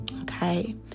okay